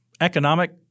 economic